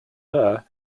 her